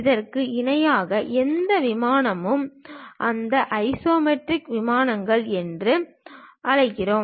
அதற்கும் இணையாக எந்த விமானமும் அதை ஐசோமெட்ரிக் விமானம் என்று அழைக்கிறோம்